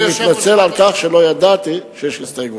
אדוני, ואני מתנצל על כך שלא ידעתי שיש הסתייגות.